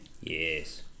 Yes